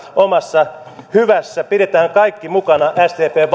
omassa ryhmäpuheenvuorossamme pidetään kaikki mukana sdpn